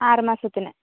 ആറുമാസത്തിന്